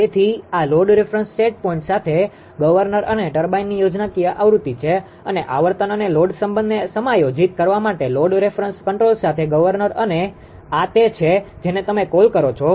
તેથી આ load reference set point સાથે ગવર્નર અને ટર્બાઇનની યોજનાકીય આકૃતિ છે અને આવર્તન અને લોડ સંબંધને સમાયોજિત કરવા માટે લોડ રેફરન્સ કન્ટ્રોલ સાથે ગવર્નર અને આ તે છે જેને તમે કોલ કરો છો